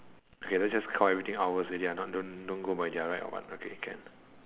okay let's just count everything outwards already ah not don't don't go by their right or what okay can